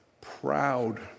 proud